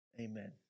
amen